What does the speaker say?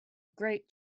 great